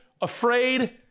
afraid